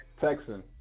Texan